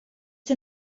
der